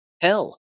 Hell